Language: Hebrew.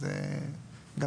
וגם